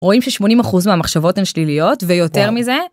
רואים ששמונים אחוז מהמחשבות הן שליליות ויותר מזה?